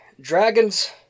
Dragons